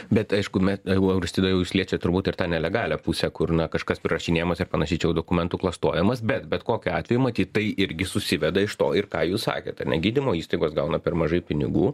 bet aišku met au auristida jau jūs liečiat turbūt ir tą nelegalią pusę kur na kažkas prirašinėjamas ir panašiai čia jau dokumentų klastojimas bet bet kokiu atveju matyt tai irgi susideda iš to ir ką jūs sakėt ane gydymo įstaigos gauna per mažai pinigų